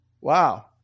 Wow